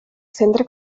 centre